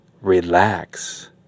relax